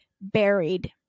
buried